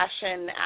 fashion